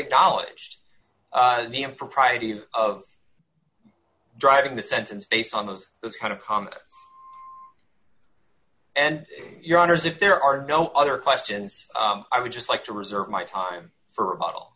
acknowledged the impropriety of driving the sentence based on those those kind of comics and your honors if there are no other questions i would just like to reserve my time for a bottle